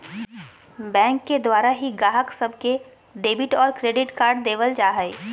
bank के द्वारा ही गाहक सब के डेबिट और क्रेडिट कार्ड देवल जा हय